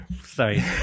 sorry